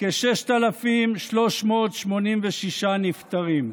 כ-6,386 נפטרים.